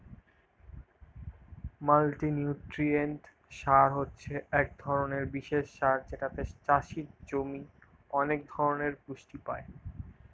multinutrient সার হচ্ছে এক ধরণের বিশেষ সার যেটাতে চাষের জমি অনেক ধরণের পুষ্টি পায়